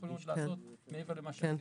יכולים עוד לעשות מעבר למה שעשינו.